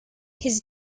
his